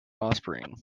offspring